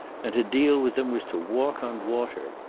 and to deal with them was to walk on water.